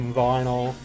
vinyl